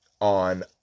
On